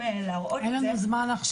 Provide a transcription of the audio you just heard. לא יהיה מו"פ.